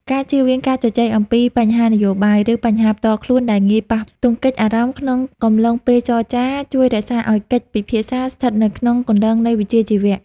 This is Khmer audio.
ការជៀសវាងការជជែកអំពីបញ្ហានយោបាយ ឬបញ្ហាផ្ទាល់ខ្លួនដែលងាយប៉ះទង្គិចអារម្មណ៍ក្នុងកំឡុងពេលចរចា ជួយរក្សាឱ្យកិច្ចពិភាក្សាស្ថិតនៅក្នុងគន្លងនៃវិជ្ជាជីវៈ។